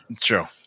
True